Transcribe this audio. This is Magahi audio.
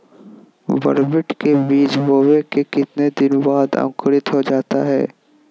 बरबटी के बीज बोने के कितने दिन बाद अंकुरित हो जाता है?